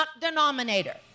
denominator